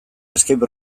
escape